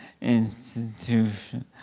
institution